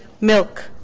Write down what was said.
Milk